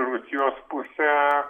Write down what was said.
rusijos pusę